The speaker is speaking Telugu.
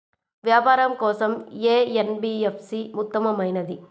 వ్యాపారం కోసం ఏ ఎన్.బీ.ఎఫ్.సి ఉత్తమమైనది?